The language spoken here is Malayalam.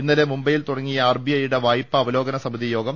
ഇന്നലെ മുംബൈയിൽ തുടങ്ങിയ ആർബിഐയുടെ വായ്പാ അവലോകന സമിതി യോഗം തുടരുകയാണ്